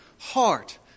heart